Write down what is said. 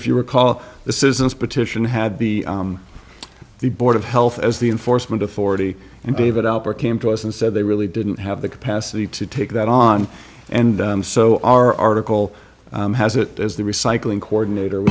if you recall the citizens petition had be the board of health as the enforcement authority and gave it up or came to us and said they really didn't have the capacity to take that on and so our article has it as the recycling coordinator